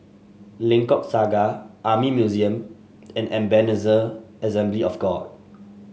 Lengkok Saga Army Museum and Ebenezer Assembly of God